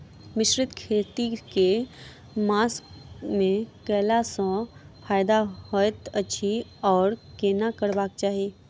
मिश्रित खेती केँ मास मे कैला सँ फायदा हएत अछि आओर केना करबाक चाहि?